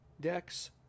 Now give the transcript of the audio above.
decks